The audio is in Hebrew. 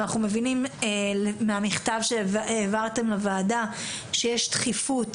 אנחנו מבינים מהמכתב שהעברתם לוועדה שיש דחיפות